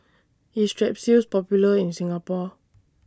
IS Strepsils Popular in Singapore